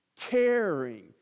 caring